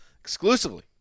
exclusively